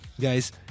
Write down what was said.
guys